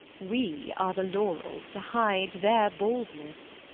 we are the laurels to hide their baldness.